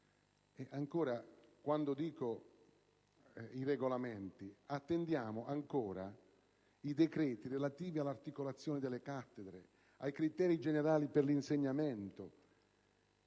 la dispersione scolastica. Attendiamo ancora i decreti relativi all'articolazione delle cattedre, ai criteri generali per l'insegnamento